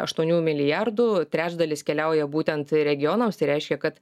aštuonių milijardų trečdalis keliauja būtent regionams tai reiškia kad